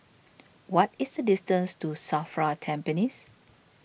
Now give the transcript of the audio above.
what is the distance to Safra Tampines